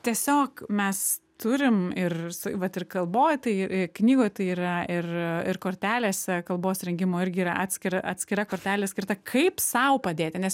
tiesiog mes turim ir vat ir kalboj tai knygoj tai yra ir ir kortelėse kalbos rengimo irgi yra atskira atskira kortelė skirta kaip sau padėti nes